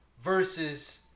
versus